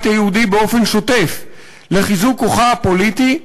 היהודי באופן שוטף לחיזוק כוחה הפוליטי,